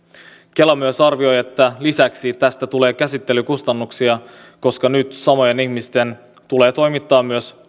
kela myös arvioi että lisäksi tästä tulee käsittelykustannuksia koska nyt samojen ihmisten tulee toimittaa myös